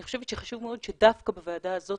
אני חושבת שחשוב מאוד שדווקא בוועדה הזאת